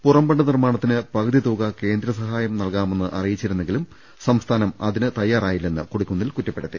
പുറംബണ്ട് നിർമ്മാണത്തിന് പകുതി തുക കേന്ദ്രസഹായമായി നൽകാ മെന്ന് അറിയിച്ചിരുന്നെങ്കിലും സംസ്ഥാനം അതിന് തയ്യാറാ യില്ലെന്ന് കൊടിക്കുന്നിൽ കുറ്റപ്പെടുത്തി